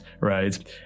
right